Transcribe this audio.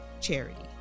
charity